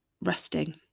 resting